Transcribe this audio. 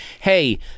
hey